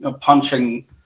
punching